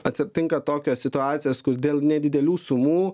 atsitinka tokios situacijos kur dėl nedidelių sumų